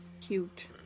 cute